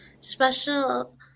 Special